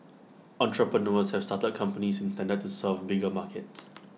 entrepreneurs have started companies intended to serve bigger markets